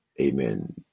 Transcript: amen